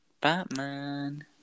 Batman